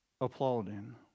applauding